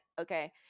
Okay